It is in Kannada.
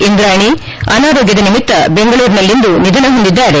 ಇಂದ್ರಾಣಿ ಅನಾರೋಗ್ಯದ ನಿಮಿತ್ತ ಬೆಂಗಳೂರಿನಲ್ಲಿಂದು ನಿಧನ ಹೊಂದಿದ್ದಾರೆ